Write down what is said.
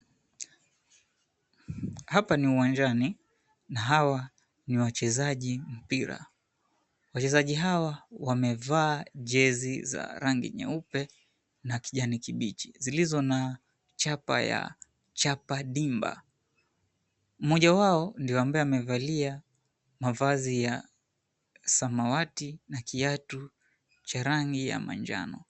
Hapa ni uwanjani, na hawa ni wachezaji mpira. Wachezaji hawa wamevaa jezi za rangi nyeupe na kijani kibichi zilizo na chapa ya, "Chapa Dimba". Mmoja wao ndio ambaye amevalia mavazi ya samawati na kiatu cha rangi ya manjano.